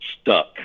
stuck